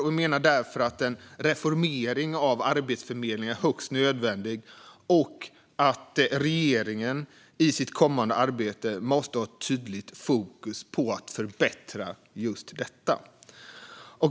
Vi menar därför att en reformering av Arbetsförmedlingen är högst nödvändig och att regeringen i sitt kommande arbete måste ha tydligt fokus på att förbättra just detta.